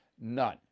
None